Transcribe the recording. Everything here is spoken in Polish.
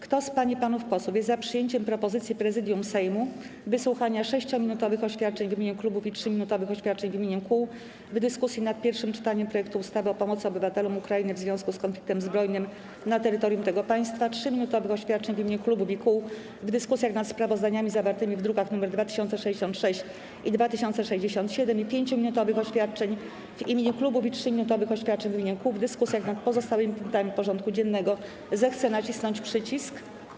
Kto z pań i panów posłów jest za przyjęciem propozycji Prezydium Sejmu wysłuchania 6-minutowych oświadczeń w imieniu klubów i 3-minutowych oświadczeń w imieniu kół w dyskusji nad pierwszym czytaniem projektu ustawy o pomocy obywatelom Ukrainy w związku z konfliktem zbrojnym na terytorium tego państwa, 3-minutowych oświadczeń w imieniu klubów i kół w dyskusjach nad sprawozdaniami zawartymi w drukach nr 2066 i 2067 i 5-minutowych oświadczeń w imieniu klubów i 3-minutowych oświadczeń w imieniu kół w dyskusjach nad pozostałymi punktami porządku dziennego, zechce nacisnąć przycisk.